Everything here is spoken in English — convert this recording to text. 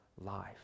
life